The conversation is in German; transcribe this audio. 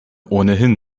ohnehin